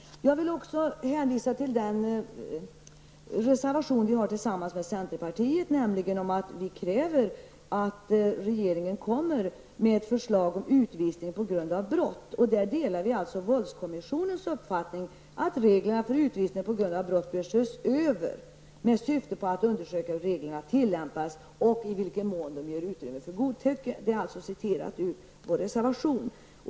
Jag vill också hänvisa till den reservation som vi har tillsammans med centerpartiet. Där kräver vi att regeringen lägger fram ett förslag om utvisning på grund av brott. Här delar vi våldskommissionens uppfattning ''att reglerna för utvisning på grund av brott bör ses över med syfte att undersöka hur reglerna tillämpats och i vilken mån de ger utrymme för godtycke''.